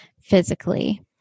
physically